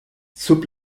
sub